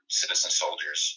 citizen-soldiers